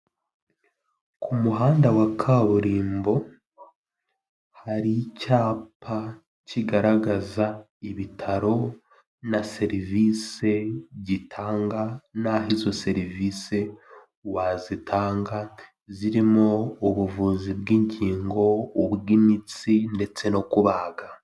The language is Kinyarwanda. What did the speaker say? Ku muhanda wa kaburimbo hari icyapa kigaragaza ibitaro na serivisi gitanga n'aho izo serivisi wazitanga, zirimo ubuvuzi bw'ingingo ubw'imitsi ndetse no kubaga.